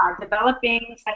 developing